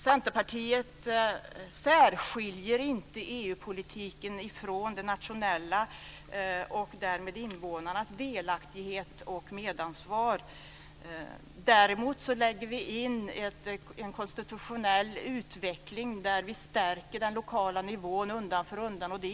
Centerpartiet särskiljer inte EU-politiken från den nationella och därmed från invånarnas delaktighet och medansvar. Däremot lägger vi in en konstitutionell utveckling där vi stärker den lokala nivån undan för undan.